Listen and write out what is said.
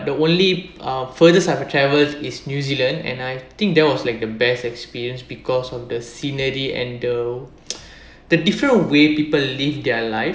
the only uh furthest I've traveled is new zealand and I think there was like the best experience because of the scenery and the the different way people live their life